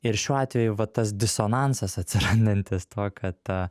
ir šiuo atveju va tas disonansas atsirandantis tuo kad ta